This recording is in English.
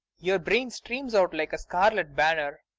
your brain streams out like a scarlet banner.